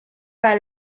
para